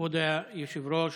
כבוד היושב-ראש,